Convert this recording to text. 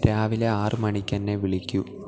രാവിലെ ആറ് മണിക്ക് എന്നെ വിളിക്കൂ